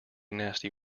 nasty